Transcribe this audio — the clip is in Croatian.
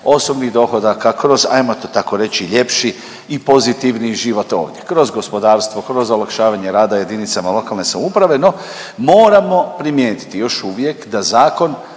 osobnih dohodaka, kroz ajmo to tako reći ljepši i pozitivniji život ovdje kroz gospodarstvo, kroz olakšavanje rada jedinicama lokalne samouprave. No, moramo primijetiti još uvijek da zakon